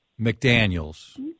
McDaniels